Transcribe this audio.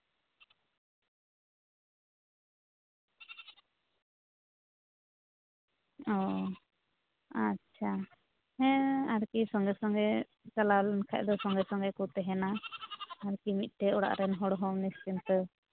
ᱚ ᱟᱪᱪᱷᱟ ᱦᱮᱸ ᱟᱨᱠᱤ ᱥᱚᱸᱜᱮ ᱥᱚᱸᱜᱮ ᱪᱟᱞᱟᱣ ᱞᱮᱱᱠᱷᱟᱱ ᱫᱚ ᱥᱚᱸᱜᱮ ᱥᱚᱸᱜᱮ ᱠᱚ ᱛᱟᱦᱮᱱᱟ ᱟᱨᱠᱤ ᱢᱤᱫᱴᱮᱱ ᱚᱲᱟᱜ ᱨᱮᱱ ᱦᱚᱲ ᱦᱚᱸ ᱱᱤᱥᱪᱤᱱᱛᱟᱹ